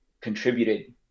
contributed